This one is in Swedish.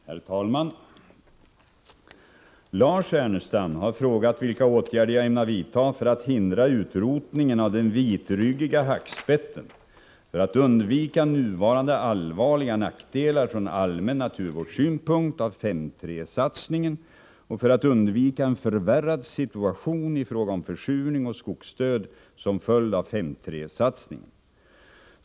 Herr talman! Lars Ernestam har frågat vilka åtgärder jag ämnar vidta för att hindra utrotningen av den vitryggiga hackspetten, för att undvika nuvarande allvarliga nackdelar från allmän naturvårdssynpunkt av 5:3 satsningen och för att undvika en förvärrad situation i fråga om försurning och skogsdöd som följd av 5:3-satsningen.